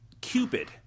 Cupid